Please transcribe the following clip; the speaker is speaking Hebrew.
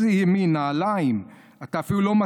איזה ימין?